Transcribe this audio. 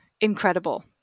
incredible